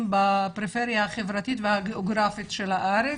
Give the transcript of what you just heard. בפריפריה החברתית והגאוגרפית של הארץ,